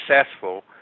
successful